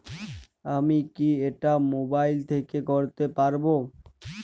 আমি কি এটা মোবাইল থেকে করতে পারবো?